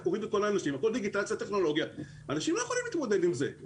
הכול דיגיטציה וטכנולוגיה ואנשים לא יכולים להתמודד עם זה.